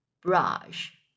Brush